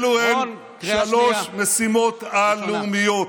אלו שלוש משימות-על לאומיות,